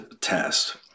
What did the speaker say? test